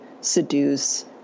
seduce